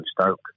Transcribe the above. Stoke